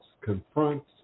confronts